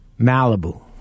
Malibu